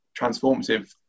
transformative